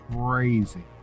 Crazy